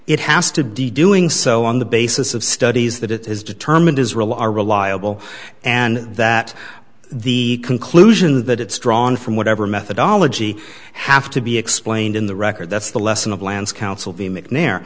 it has to do you doing so on the basis of studies that it is determined is real are reliable and that the conclusion that it's drawn from whatever methodology have to be explained in the record that's the lesson of lance counsel be mcnair